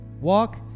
Walk